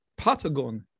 patagon